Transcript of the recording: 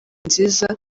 nziza